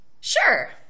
Sure